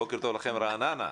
בוקר טוב לכם מרעננה.